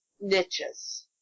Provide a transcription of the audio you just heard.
niches